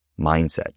mindset